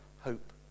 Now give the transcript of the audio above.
hope